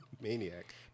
Maniac